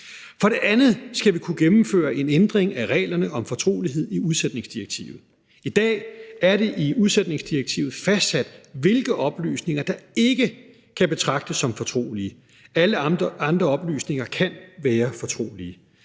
For det andet skal vi kunne gennemføre en ændring af reglerne om fortrolighed i udsætningsdirektivet. I dag er det i udsætningsdirektivet fastsat, hvilke oplysninger der ikke kan betragtes som fortrolige; alle andre oplysninger kan være fortrolige.